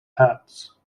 hats